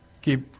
Keep